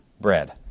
bread